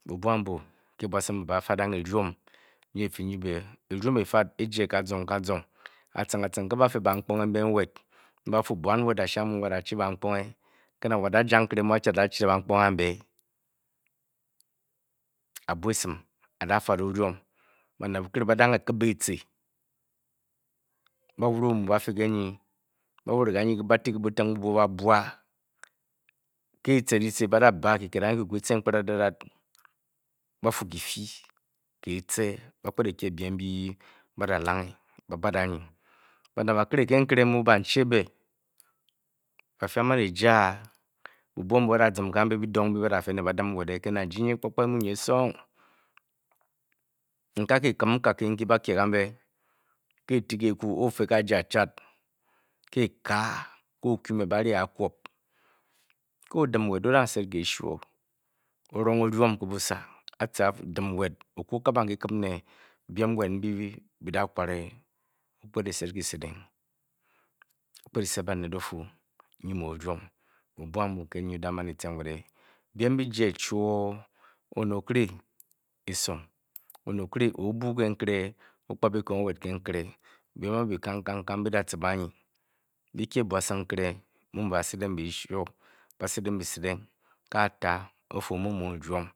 Be buabu mba sme ke fe ke dum ne fal he je kazan kazong bian twed ba chi baba chi ban phoreh and be ba pousem ba ral pelo odium ba ned ba bel ba wa teh ne se ba be pe omu ba bua bah ned ba pele nka banchi be ba feli be dong be tur mbe ba ye bua kena a'ji ne pkapka nesung nga ge kem kaki ba ge gam be okum me le a fi achale o dem be pia song o-dim wed ben nwed ke kia song bem wed oke sel ba ned ofuu-bom be jer chur be sae be we kan ta ople omoh mor dieum